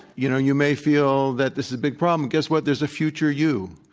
you know, you may feel that this is a big problem. guess what? there's a future you,